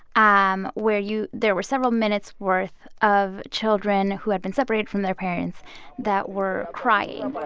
um where you there were several minutes' worth of children who had been separated from their parents that were crying